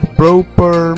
proper